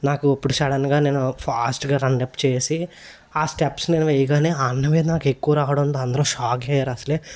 నాకు ఇప్పుడు సడన్గా నేను ఫాస్ట్గా రన్అప్ చేసి ఆ స్టెప్స్ నేను వేయగానే అన్న మీద నాకు ఎక్కువ రావడంతో అందరూ షాక్ అయ్యారు అసలే